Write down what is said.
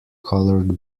colored